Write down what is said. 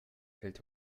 hält